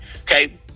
Okay